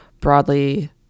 broadly